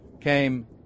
came